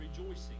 rejoicing